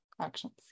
actions